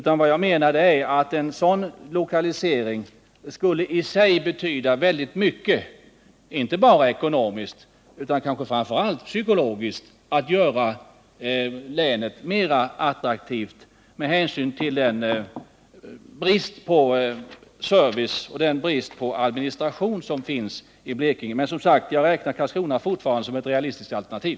Men jag menar att en sådan lokalisering i sig skulle betyda väldigt mycket, inte bara ekonomiskt utan lika mycket psykologiskt för att göra Blekinge mer attraktivt med hänsyn till den brist på service och administration som finns i länet. Jag räknar, som sagt, fortfarande med Karlskrona som ett realistiskt alternativ.